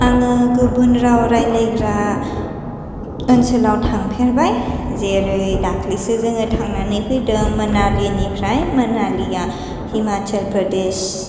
आङो गुबुन राव रायलायग्रा ओनसोलाव थांफेरबाय जेरै दाख्लैसो जोङो थांनानै फैदों मानालि निफ्राय मानालिया हिमाचल प्रदेस